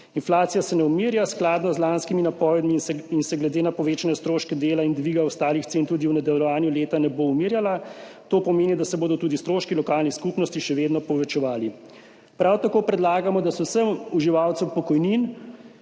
Inflacija se ne umirja skladno z lanskimi napovedmi in se glede na povečane stroške dela in dviga ostalih cen tudi v nadaljevanju leta ne bo umirjala. To pomeni, da se bodo tudi stroški lokalnih skupnosti še vedno povečevali.« Prav tako predlagamo, da se vsem uživalcem pokojnin